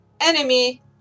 enemy